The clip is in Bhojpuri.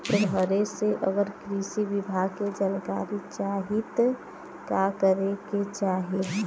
घरे से अगर कृषि विभाग के जानकारी चाहीत का करे के चाही?